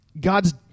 God's